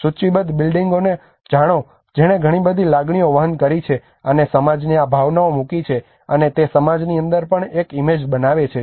સૂચિબદ્ધ બિલ્ડિંગ્સને જાણો જેણે ઘણી બધી લાગણીઓ વહન કરી છે અને સમાજએ આ ભાવનાઓ મૂકી છે અને તે સમાજની અંદર એક ઈમેજ બનાવે છે